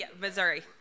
Missouri